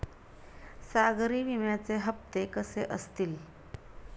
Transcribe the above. सागरी विम्याचे हप्ते कसे असतील?